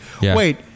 Wait